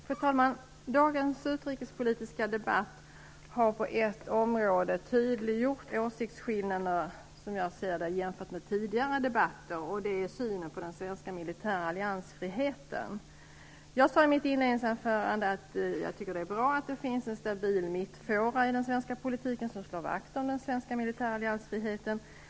Fru talman! Dagens utrikespolitiska debatt har, som jag ser det, på ett område tydliggjort åsiktsskillnaderna jämfört med tidigare debatter. Det gäller synen på den svenska militära alliansfriheten. Jag sade i mitt inledningsanförande att jag tycker att det är bra att det finns en stabil mittfåra i den svenska politiken som slår vakt om den svenska militära alliansfriheten.